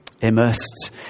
immersed